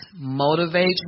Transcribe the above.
motivates